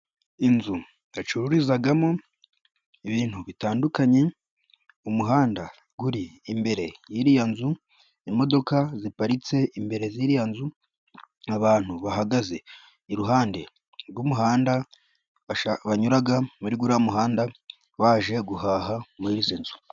Inzu bacururizamo ibintu bitandukanye, umuhanda uri imbere y'iriya nzu, imodoka ziparitse imbere ya ziriya nzu, abantu bahagaze iruhande rw'umuhanda, banyura muri uriya muhanda, baje guhaha muri izi nzu.